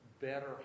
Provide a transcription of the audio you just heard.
better